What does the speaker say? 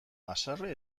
haserre